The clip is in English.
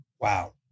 wow